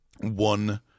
one